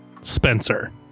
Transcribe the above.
Spencer